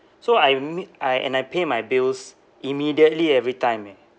so I meet I and I pay my bills immediately every time eh